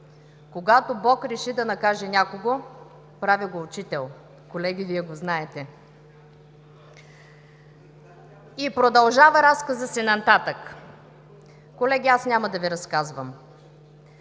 „Когато Бог реши да накаже някого, прави го учител.“ – колеги, Вие го знаете – и продължава разказа си нататък. Колеги, аз няма да Ви разказвам,